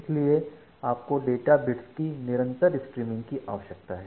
इसलिए आपको data bits की निरंतर स्ट्रीमिंग की आवश्यकता है